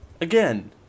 again